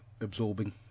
absorbing